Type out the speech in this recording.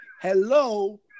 hello